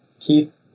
Keith